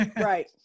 Right